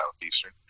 Southeastern